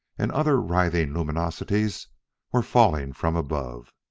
and other writhing luminosities were falling from above.